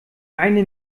eine